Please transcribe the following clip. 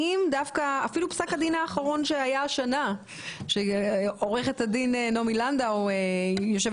אפילו בפסק הדין האחרון שהיה השנה שעורכת הדין נעמי לנדאו שיושבת